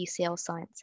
UCLScience